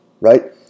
right